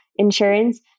insurance